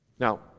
Now